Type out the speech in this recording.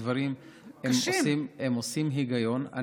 הדברים עושים היגיון.